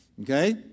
okay